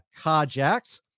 carjacked